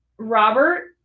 Robert